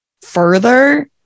further